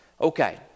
Okay